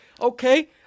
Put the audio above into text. okay